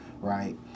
right